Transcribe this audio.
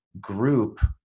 group